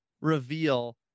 reveal